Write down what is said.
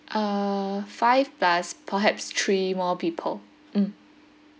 uh five plus perhaps three more people mm